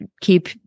keep